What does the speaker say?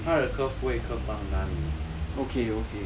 它的 curve 不会 curve 到哪里